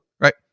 right